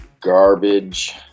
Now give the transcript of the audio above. garbage